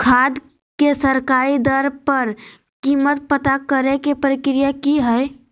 खाद के सरकारी दर पर कीमत पता करे के प्रक्रिया की हय?